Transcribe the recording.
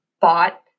bought